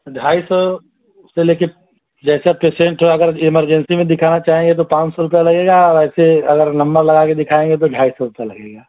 ढाई सौ से लेकर जैसा पेशेंट ठो अगर एमरजेंसी में दिखाना चाहेंगे तो पाँच सौ रुपये लगेगा ऐसे अगर नम्मर लगा के दिखाएँगे तो ढाई सौ रुपये लगेगा